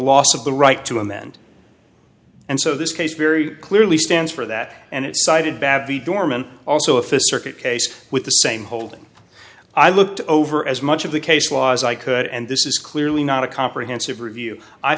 loss of the right to amend and so this case very clearly stands for that and it cited badly dorman also if a circuit case with the same holding i looked over as much of the case law as i could and this is clearly not a comprehensive review i